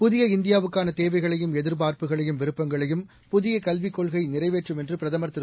புதிய இந்தியாவுக்கான தேவைகளையும் எதிர்பார்ப்புகளையும் விருப்பங்களையும் புதிய கல்விக் கொள்கை நிறைவேற்றும் என்று பிரதமர் திரு